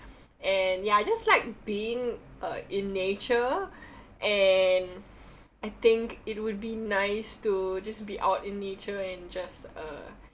and ya just like being uh in nature and I think it would be nice to just be out in nature and just uh